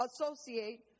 associate